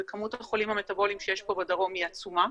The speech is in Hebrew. וכמות החולים המטבוליים שיש פה בדרום היא עצומה,